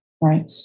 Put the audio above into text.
right